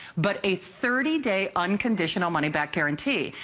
but a thirty day unconditional money back guarantee.